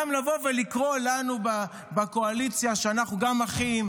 גם לבוא ולקרוא לנו בקואליציה שאנחנו גם אחים